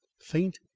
faint